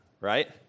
right